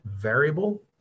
variable